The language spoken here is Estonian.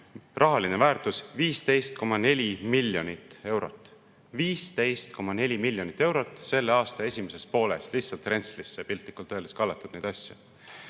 rahalise väärtusega 15,4 miljonit eurot. 15,4 miljonit eurot selle aasta esimeses pooles – lihtsalt rentslisse, piltlikult öeldes, kallati neid asju.